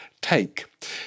take